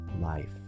life